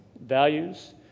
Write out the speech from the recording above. values